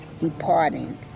departing